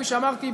כפי שאמרתי,